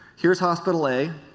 here is hospital a,